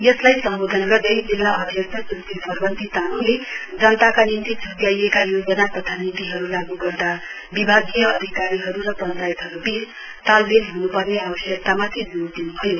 यसलाई सम्बोधन गर्दै जिल्ला अध्यक्ष सुश्री फरवन्ती तामङले जनताका निम्ति छुट्याइएका योजना तथा नीतिहरू लागू गर्दा विभागीय अधिकारीहरू र पञ्चायतहरूबीच तालमेल हन्पर्ने आवश्यकतामाथि जोड़ दिन्भयो